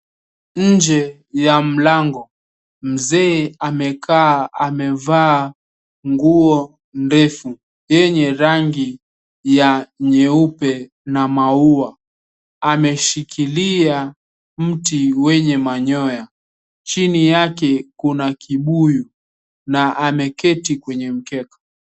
Njee ya mlango mzee amekaaa amevaa nguo ndefu yenye rangi ya nyeupe na maua ameshikilia mti wenye manyoa chini yake kuna kibuyu na ameketi kwenye mkeka.